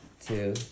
Two